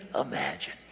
imagine